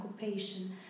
occupation